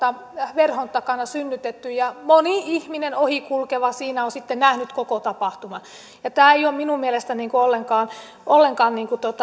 verhon takana synnytetty ja moni ohi kulkeva ihminen siinä on sitten nähnyt koko tapahtuman tämä ei ole minun mielestäni ollenkaan ollenkaan